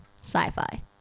sci-fi